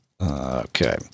okay